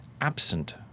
Absent